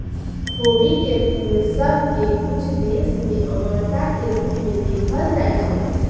खोबी के फूल सभ के कुछ देश में अमरता के रूप में देखल जाइ छइ